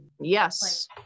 yes